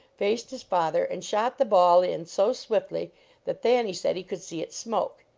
faced his father and shot the ball in so swiftly that thanny said he could see it smoke,